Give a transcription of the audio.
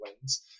wins